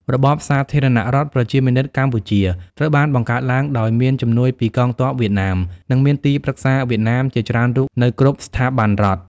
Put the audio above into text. របប សាធារណរដ្ឋប្រជាមានិតកម្ពុជា ត្រូវបានបង្កើតឡើងដោយមានជំនួយពីកងទ័ពវៀតណាម និងមានទីប្រឹក្សាវៀតណាមជាច្រើនរូបនៅគ្រប់ស្ថាប័នរដ្ឋ។